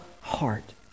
heart